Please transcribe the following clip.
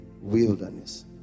wilderness